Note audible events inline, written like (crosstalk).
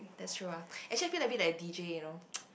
that's true ah (breath) actually I feel a bit like a D_J you know